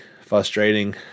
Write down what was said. frustrating